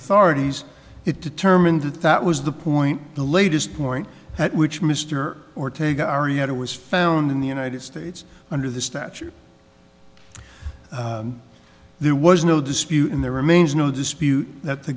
authorities it determined that that was the point the latest point at which mr ortega arietta was found in the united states under the statute there was no dispute in there remains no dispute that the